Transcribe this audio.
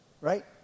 right